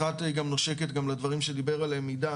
אחת גם נושקת גם לדברים שדיבר עליהם עידן,